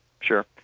Sure